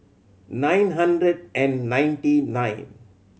nine hundred and ninety nine